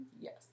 Yes